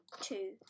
two